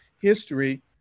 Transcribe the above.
history